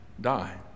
die